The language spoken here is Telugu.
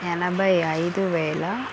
ఎనభై ఐదు వేల